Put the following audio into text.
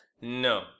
No